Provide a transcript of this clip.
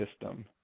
system